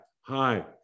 hi